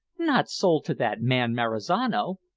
not sold to that man marizano?